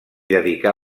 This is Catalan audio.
dedicà